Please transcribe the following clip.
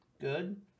Good